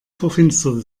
verfinsterte